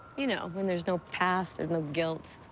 you know, when there's no past, there's no guilt.